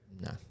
No